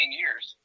years